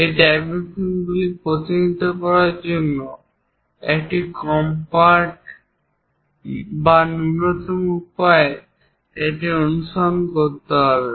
এই ডাইমেনশনগুলিকে প্রতিনিধিত্ব করার জন্য একটি কম্প্যাক্ট বা ন্যূনতম উপায়ে এটি অনুসরণ করতে হবে